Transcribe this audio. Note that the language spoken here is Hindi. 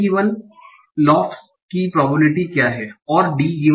laughs की प्रोबेबिलिटी क्या है और D